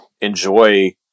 enjoy